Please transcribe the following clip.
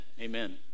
Amen